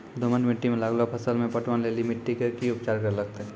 दोमट मिट्टी मे लागलो फसल मे पटवन लेली मिट्टी के की उपचार करे लगते?